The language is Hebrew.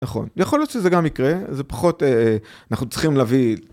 נכון, יכול להיות שזה גם יקרה, זה פחות, אנחנו צריכים להביא...